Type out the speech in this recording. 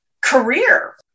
career